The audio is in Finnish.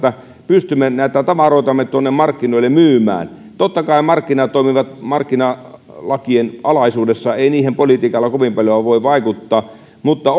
pystymme tavaroitamme tuonne markkinoille myymään totta kai markkinat toimivat markkinalakien alaisuudessa ei niihin politiikalla kovin paljon voi vaikuttaa mutta